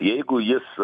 jeigu jis